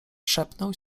szepnął